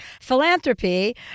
philanthropy